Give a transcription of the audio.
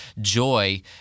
joy